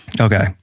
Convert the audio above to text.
Okay